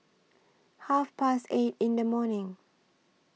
Half Past eight in The morning